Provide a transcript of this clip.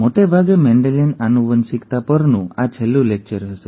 મોટે ભાગે મેન્ડેલિયન આનુવંશિકતા પરનું આ છેલ્લું લેક્ચર હશે